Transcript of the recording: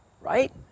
Right